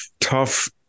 tough